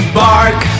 bark